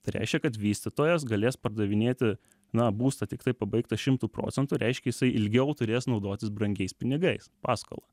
tai reiškia kad vystytojas galės pardavinėti na būstą tiktai pabaigtą šimtu procentų reiškia jisai ilgiau turės naudotis brangiais pinigais paskola